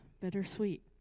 bittersweet